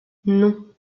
non